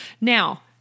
Now